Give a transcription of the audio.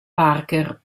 parker